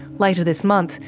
later this month,